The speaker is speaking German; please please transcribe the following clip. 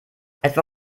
etwa